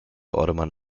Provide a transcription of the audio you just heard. ottoman